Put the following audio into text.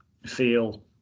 feel